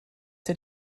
der